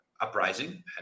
uprising